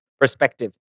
perspective